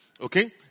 Okay